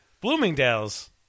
Bloomingdale's